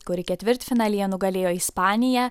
kuri ketvirtfinalyje nugalėjo ispaniją